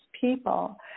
people